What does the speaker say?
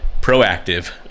proactive